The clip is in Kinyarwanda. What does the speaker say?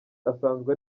asanzwe